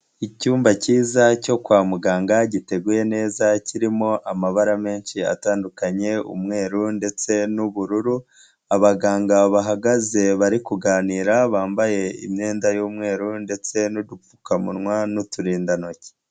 Icyumba cyiza cyo kwa muganga giteguye neza kirimo amabara menshi atandukanye umweru ndetse n'ubururu, abaganga bahagaze bari kuganira bambaye imyenda y'umweru ndetse n'udupfukamunwa n'uturindantoki.